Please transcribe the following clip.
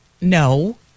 no